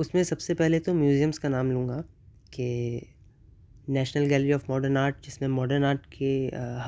اس میں سب سے پہلے تو میوزیمس کا نام لوں گا کہ National Gallery of Modern Art جس میں ماڈرن آرٹ کے